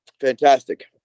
Fantastic